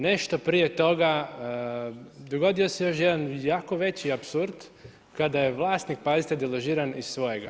Nešto prije toga dogodio se još jedan jako veći apsurd kada je vlasnik, pazite deložiran iz svojega.